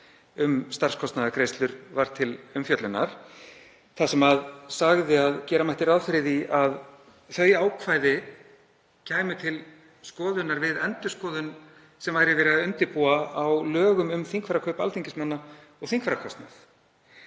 um starfskostnaðargreiðslur var til umfjöllunar, þar sem sagði að gera mætti ráð fyrir því að þau ákvæði kæmu til skoðunar við endurskoðun sem væri verið að undirbúa á lögum um þingfararkaup alþingismanna og þingfararkostnað.